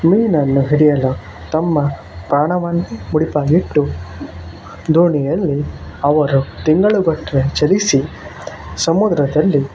ಮೀನನ್ನು ಹಿಡಿಯಲು ತಮ್ಮ ಪ್ರಾಣವನ್ನು ಮುಡಿಪಾಗಿಟ್ಟು ದೋಣಿಯಲ್ಲಿ ಅವರು ತಿಂಗಳುಗಟ್ಟಲೆ ಚಲಿಸಿ ಸಮುದ್ರದಲ್ಲಿ